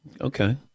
Okay